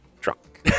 drunk